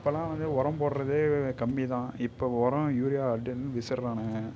அப்போல்லாம் வந்து உரம் போடுகிறதே கம்மிதான் இப்போ உரம் யூரியா அப்படினு வீசுகிறானுங்க